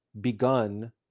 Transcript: begun